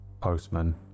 postman